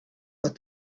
what